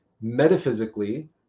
Metaphysically